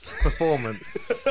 performance